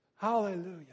Hallelujah